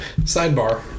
sidebar